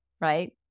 right